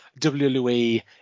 WWE